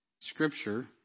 scripture